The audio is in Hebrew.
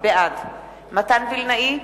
בעד מתן וילנאי,